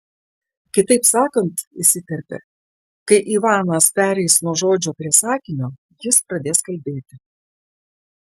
kitaip sakant įsiterpė kai ivanas pereis nuo žodžio prie sakinio jis pradės kalbėti